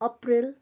April